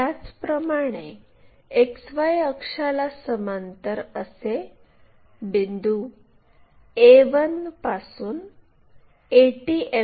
त्याचप्रमाणे XY अक्षाला समांतर असे बिंदू a 1 पासून 80 मि